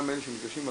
גם אלה שמתקשים,